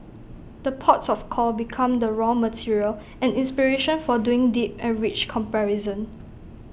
the ports of call become the raw material and inspiration for doing deep and rich comparison